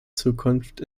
zukunft